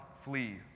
flee